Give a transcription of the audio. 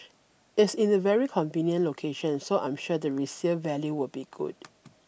it's in a very convenient location so I'm sure the resale value will be good